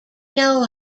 know